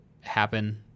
happen